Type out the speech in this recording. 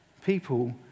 people